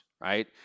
right